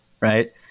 right